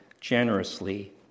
generously